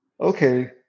okay